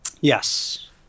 Yes